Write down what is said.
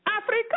Africa